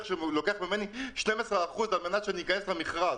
שלוקח ממני 12% על מנת שאני אכנס למכרז.